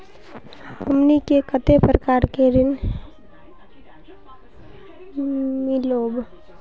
हमनी के कते प्रकार के ऋण मीलोब?